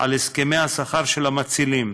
על הסכמי השכר של המצילים,